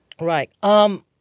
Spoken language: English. Right